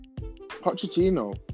Pochettino